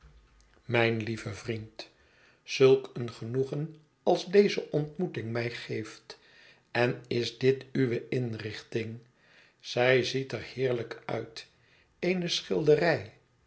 mijn lieve vriend zulk een genoegen als deze ontmoeting mij geeft en is dit uwe inrichting zij ziet er heerlijk uit eene schilderij